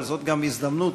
אבל זאת גם הזדמנות,